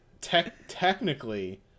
technically